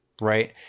right